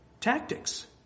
tactics